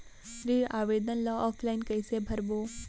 ऋण आवेदन ल ऑफलाइन कइसे भरबो?